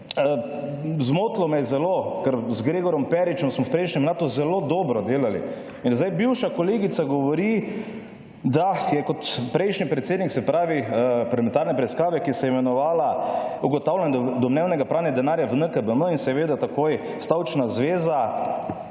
Zmotilo me je zelo, ker z Gregorjem Peričem sva v prejšnjem mandatu(?) zelo dobro delali in zdaj bivša kolegica govori, da je kot prejšnji predsednik, se pravi, hm, parlamentarne preiskave, ki se je imenovala Ugotavljanje domnevnega pranja denarja v NKBM in seveda takoj stavčna zveza,